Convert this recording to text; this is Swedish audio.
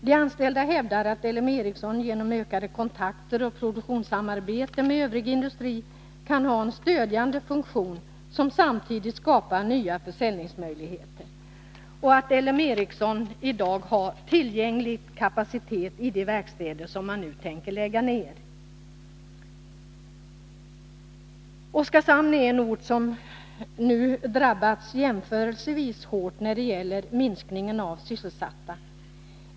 De anställda hävdar att LM Ericsson genom ökade kontakter och genom produktionssamarbete med övrig industri kan ha en stödjande funktion. Samtidigt skapar man nya försäljningsmöjligheter. Vidare framhålls att L M Ericsson i dag har tillgänglig kapacitet i de verkstäder som man nu tänker lägga ned. Oskarshamn är en ort som drabbats jämförelsevis hårt när det gäller minskningen av antalet sysselsatta.